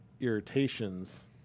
irritations